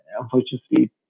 unfortunately